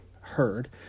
heard